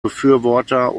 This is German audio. befürworter